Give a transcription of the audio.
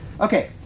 Okay